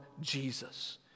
Jesus